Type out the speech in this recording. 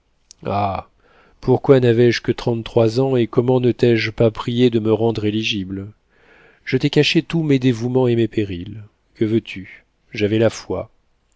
pourquoi n'avais-je que trente-trois ans et comment ne t'ai-je pas prié de me rendre éligible je t'ai caché tous mes dévouements et mes périls que veux-tu j'avais la foi